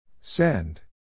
Send